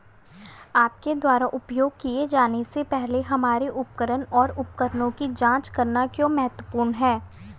आपके द्वारा उपयोग किए जाने से पहले हमारे उपकरण और उपकरणों की जांच करना क्यों महत्वपूर्ण है?